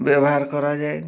ବ୍ୟବହାର କରାଯାଏ